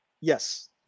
Yes